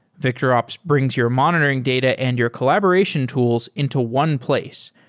victorops brings your monitoring data and your collaboration tools into one place,